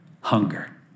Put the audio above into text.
hunger